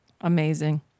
amazing